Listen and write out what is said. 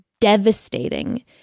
devastating